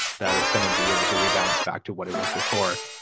that it's going to be like it rebounds back to what it was before.